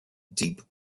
deep